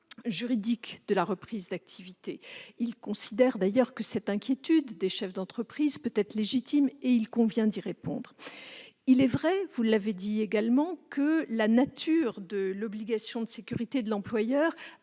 juridique de la reprise d'activité. Il considère que cette inquiétude des chefs d'entreprise peut être légitime et qu'il convient d'y répondre. Vous avez justement rappelé que la nature de l'obligation de sécurité de l'employeur